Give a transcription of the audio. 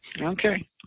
Okay